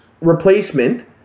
replacement